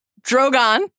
Drogon